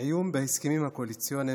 מעיון בהסכמים הקואליציוניים,